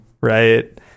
Right